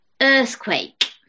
Earthquake